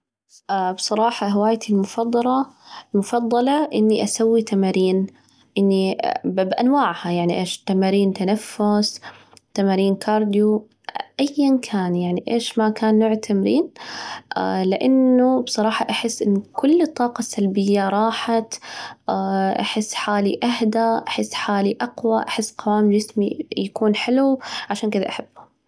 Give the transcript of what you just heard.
بصراحة هوايتي المفضلة المفضلة إني أسوي تمارين، إني بأنواعها، يعني إيش؟ تمارين تنفس، تمارين كارديو، إيا كان يعني إيش ما كان نوع التمرين، لأنه بصراحة أحس أنه كل الطاقة السلبية راحت، أحس حالي أهدا، أحس حالي أقوى، أحس قوام جسمي يكون حلو، عشان كذا أحبه.